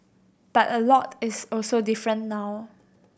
but a lot is also different now